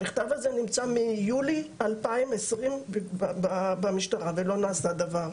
המכתב הזה נמצא מיולי 2020 במשטרה ולא נעשה דבר.